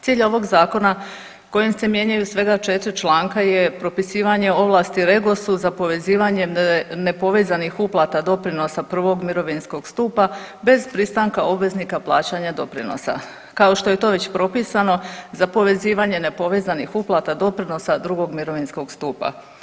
Cilj ovog zakona kojim se mijenjaju svega 4 članka je propisivanje ovlasti REGOS-u za povezivanjem nepovezanih uplata doprinosa prvog mirovinskog stupa bez pristanka obveznika plaćanja doprinosa kao što je to već propisano za povezivanje nepovezanih uplata doprinosa drugog mirovinskog stupa.